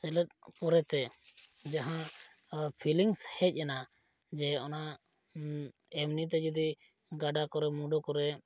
ᱥᱮᱞᱮᱫ ᱯᱚᱨᱮᱛᱮ ᱡᱟᱦᱟᱸ ᱯᱷᱤᱞᱤᱝᱥ ᱦᱮᱡ ᱮᱱᱟ ᱡᱮ ᱚᱱᱟ ᱮᱢᱱᱤᱛᱮ ᱡᱩᱫᱤ ᱜᱟᱰᱟ ᱠᱚᱨᱮ ᱢᱩᱰᱩ ᱠᱚᱨᱮ